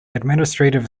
administrative